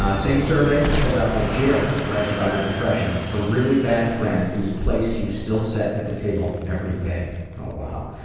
ah same survey, filled out by jill, writes about her depression a really bad friend whose place you still set at the table every day. wow,